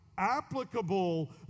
applicable